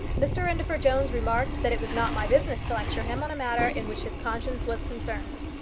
mr indefer jones remarked that it was not my business to lecture him on a matter in which his conscience was concerned.